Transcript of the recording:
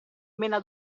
mena